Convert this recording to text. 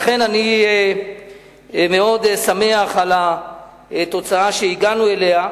לכן, אני מאוד שמח על התוצאה שהגענו אליה,